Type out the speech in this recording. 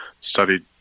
studied